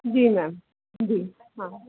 जी ma'am जी हाँ